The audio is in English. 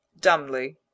dumbly